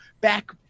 back